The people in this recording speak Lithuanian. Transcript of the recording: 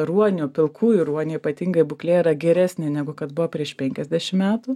ruonių pilkųjų ruonių ypatingai būklė yra geresnė negu kad buvo prieš penkiasdešim metų